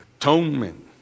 Atonement